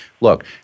Look